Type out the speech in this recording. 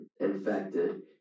infected